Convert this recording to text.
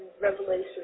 Revelation